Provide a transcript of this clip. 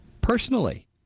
Personally